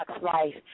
life